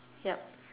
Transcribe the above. yup